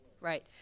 Right